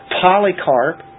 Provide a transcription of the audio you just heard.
Polycarp